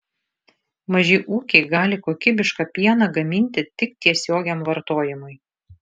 maži ūkiai gali kokybišką pieną gaminti tik tiesiogiam vartojimui